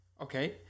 okay